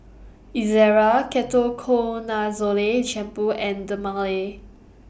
Ezerra Ketoconazole Shampoo and Dermale